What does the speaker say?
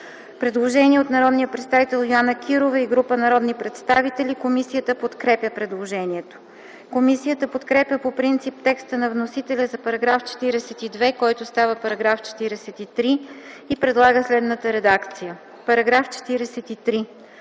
предложение от народния представител Йоана Кирова и група народни представители. Комисията подкрепя предложението. Комисията подкрепя по принцип текста на вносителя за § 43, който става § 44, и предлага следната редакция: „§ 44.